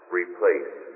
replace